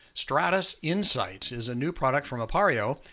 stratus insights is a new product from aperio.